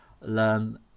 learn